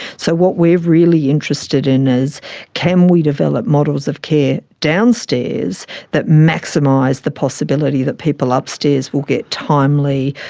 so what we are really interested in is can we develop models of care downstairs that maximise the possibility that people upstairs will get timely,